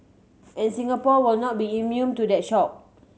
and Singapore will not be immune to that shock